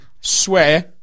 swear